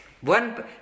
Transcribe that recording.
One